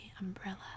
Umbrella